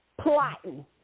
plotting